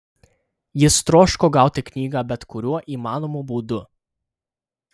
jis troško gauti knygą bet kuriuo įmanomu būdu